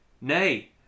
Nay